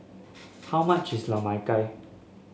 how much is la mai gao